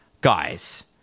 guys